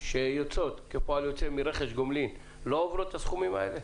שהן פועל גומלין של רכש גומלין לא עוברות את הסכומים האלה?